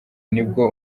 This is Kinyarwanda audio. nibwo